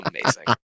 Amazing